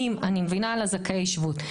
אני מבינה על זכאי השבות.